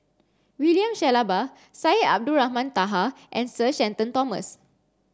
William Shellabear Syed Abdulrahman Taha and Sir Shenton Thomas